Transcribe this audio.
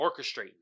orchestrating